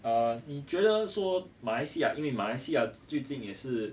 err 你觉得说马来西亚因为马来西亚最近也是